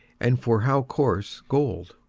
and for how coarse gold!